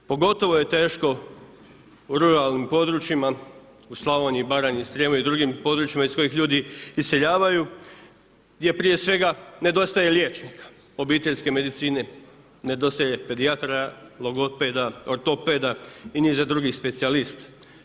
Pogotovo je teško u ruralnim područjima, u Slavoniji, Baranji i Srijemu i drugim područjima iz kojih ljudi iseljavaju gdje prije svega nedostaje liječnika obiteljske medicine, nedostaje pedijatara, logopeda, ortopeda i niza drugih specijalista.